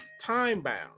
time-bound